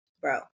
bro